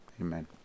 Amen